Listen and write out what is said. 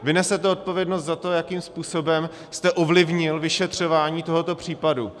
Vy nesete odpovědnost za to, jakým způsobem jste ovlivnil vyšetřování tohoto případu.